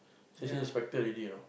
safety inspector already you know